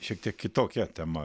šiek tiek kitokia tema